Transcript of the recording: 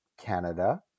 Canada